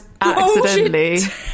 accidentally